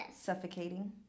Suffocating